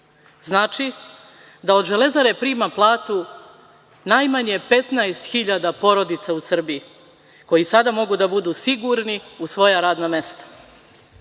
Znači da od „Železare“ prima platu najmanje 15 hiljada porodica u Srbiji koji sada mogu da budu sigurni u svoja radna mesta.